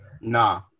Nah